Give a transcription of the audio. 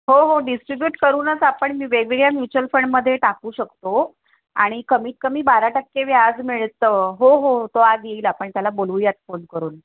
हो हो डिस्ट्रीब्युट करूनच आपण वेगवेगळ्या म्युच्युअल फंडमध्ये टाकू शकतो आणि कमीतकमी बारा टक्के व्याज मिळतं हो हो तो आज येईल आपण त्याला बोलूयात फोन करून